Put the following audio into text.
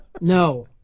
No